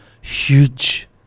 huge